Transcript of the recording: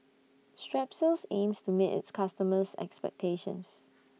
Strepsils aims to meet its customers' expectations